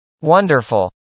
Wonderful